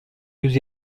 yüz